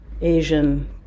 Asian